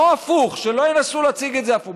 לא הפוך, שלא ינסו להציג את זה הפוך.